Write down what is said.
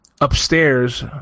upstairs